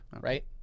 right